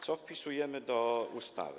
Co wpisujemy do ustawy?